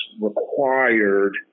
required